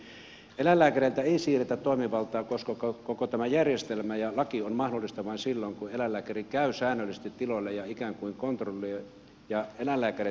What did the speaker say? eläinlääkäreiltä ei siirretä toimivaltaa koska koko tämä järjestelmä ja laki on mahdollista vain silloin kun eläinlääkäri käy säännöllisesti tiloilla ja ikään kuin kontrolloi